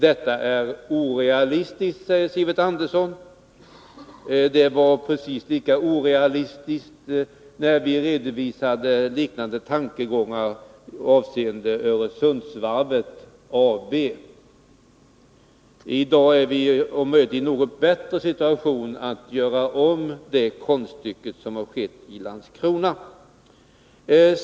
Detta är orealistiskt, sade Sivert Andersson. Vi var precis lika orealistiska enligt socialdemokraterna, då vi redovisade liknande tankegångar med avseende på Öresundsvarvet. I dag är vi, troligen, i en något bättre situation att kunna göra om det konststycke som har utförts i Landskrona.